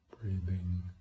breathing